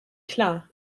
klar